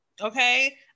Okay